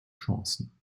chancen